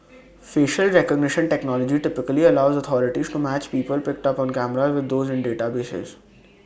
facial recognition technology typically allows authorities to match people picked up on cameras with those in databases